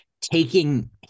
taking